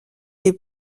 les